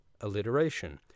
alliteration